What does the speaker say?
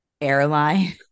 airline